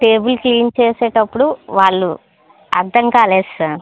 table clean చేసేటప్పుడు వాళ్ళు అర్థం కాలేదు సార్